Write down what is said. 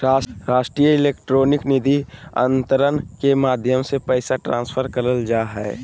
राष्ट्रीय इलेक्ट्रॉनिक निधि अन्तरण के माध्यम से पैसा ट्रांसफर करल जा हय